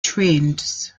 trends